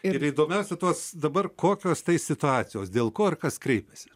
ir įdomiausia tos dabar kokios tai situacijos dėl ko ir kas kreipiasi